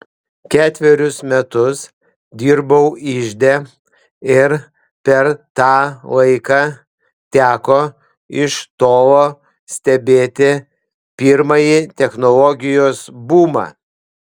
ketverius metus dirbau ižde ir per tą laiką teko iš tolo stebėti pirmąjį technologijos bumą